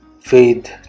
faith